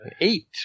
Eight